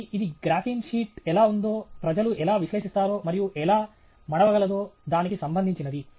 కాబట్టి ఇది graphene sheet ఎలా ఉందో ప్రజలు ఎలా విశ్లేషిస్తారో మరియు ఎలా మడవగలదో దానికి సంబంధించినది